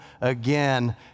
again